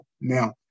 Now